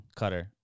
cutter